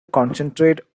concentrate